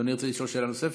אדוני ירצה לשאול שאלה נוספת?